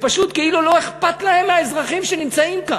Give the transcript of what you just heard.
ופשוט כאילו לא אכפת להם מהאזרחים שנמצאים כאן.